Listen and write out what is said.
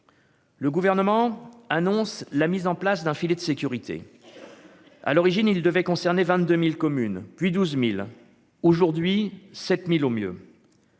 Le gouvernement annonce la mise en place d'un filet de sécurité, à l'origine, il devait concerner 22000 communes puis 12000 aujourd'hui 7000 au mieux.